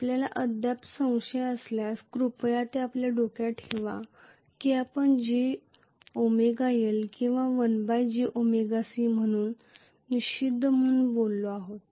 आपल्याला अद्याप संशय असल्यास कृपया हे आपल्या डोक्यात ठेवा की आपण jωL किंवा 1 jωC म्हणून निषिद्ध म्हणून बोलत आहोत